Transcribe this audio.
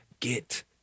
get